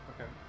Okay